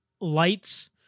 lights